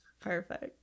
Perfect